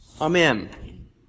Amen